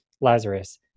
Lazarus